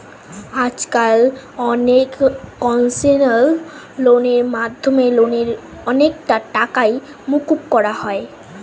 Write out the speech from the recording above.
আজকাল অনেক কনসেশনাল লোনের মাধ্যমে লোনের অনেকটা টাকাই মকুব করা যায়